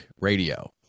radio